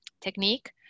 technique